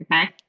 Okay